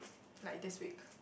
like this week